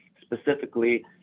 specifically